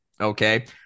okay